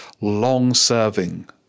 long-serving